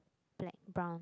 black brown